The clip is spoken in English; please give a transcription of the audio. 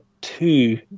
two